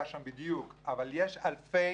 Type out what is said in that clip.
דבר שני --- סליחה שאני מוסיף,